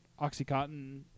OxyContin